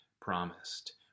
promised